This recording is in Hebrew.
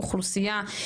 אוכלוסייה,